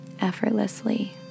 Effortlessly